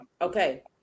Okay